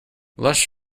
lush